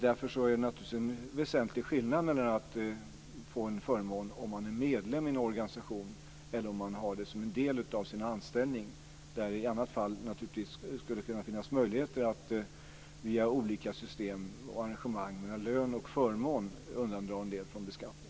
Därför är det naturligtvis en väsentlig skillnad mellan att få en förmån om man är medlem i en organisation och att ha det som en del av sin anställning. Det skulle i annat fall finnas möjlighet att via olika system och arrangemang mellan lön och förmån undandra en del från beskattning.